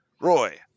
roy